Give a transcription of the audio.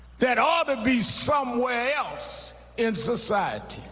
that ought to be somewhere else in society.